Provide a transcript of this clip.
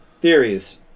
theories